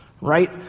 right